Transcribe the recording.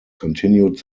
continued